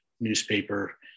newspaper